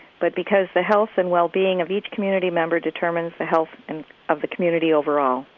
but because the health and well-being of each community member determines the health and of the community overall